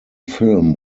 film